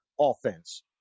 offense